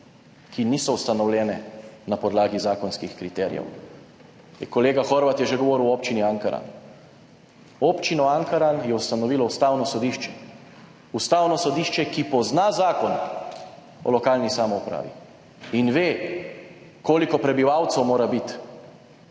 ki niso ustanovljene na podlagi zakonskih kriterijev. Kolega Horvat je že govoril o Občini Ankaran. Občino Ankaran je ustanovilo Ustavno sodišče, Ustavno sodišče, ki pozna Zakon o lokalni samoupravi in ve, koliko prebivalcev mora biti,